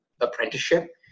apprenticeship